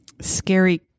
scary